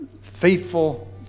faithful